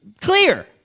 clear